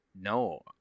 No